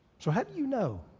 so how do you know?